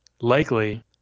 likely